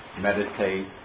meditate